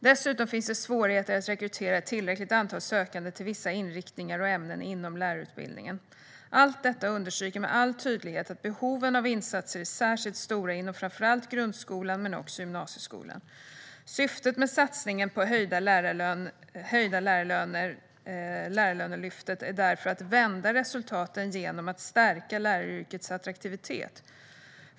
Dessutom finns det svårigheter att rekrytera ett tillräckligt antal sökande till vissa inriktningar och ämnen inom lärarutbildningen. Allt detta understryker med all tydlighet att behoven av insatser är särskilt stora inom framför allt grundskolan men också i gymnasieskolan. Syftet med satsningen på höjda lärarlöner, Lärarlönelyftet, är därför att vända resultaten genom att stärka läraryrkets attraktivitet.